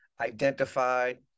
identified